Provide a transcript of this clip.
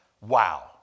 wow